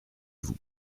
vous